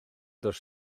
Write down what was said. does